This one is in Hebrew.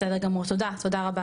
בסדר גמור, תודה, תודה רבה,